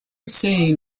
soon